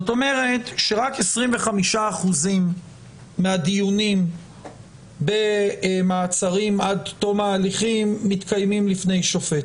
זאת אומרת שרק 25% מהדיונים במעצרים עד תום ההליכים מתקיימים לפני שופט.